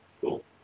Cool